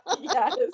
Yes